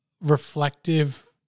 reflective